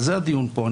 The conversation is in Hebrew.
על זה הדיון פה.